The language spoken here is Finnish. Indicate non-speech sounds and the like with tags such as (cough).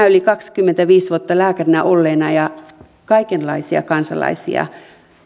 (unintelligible) yli kaksikymmentäviisi vuotta lääkärinä olleena ja kaikenlaisia kansalaisia